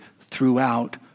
throughout